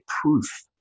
proof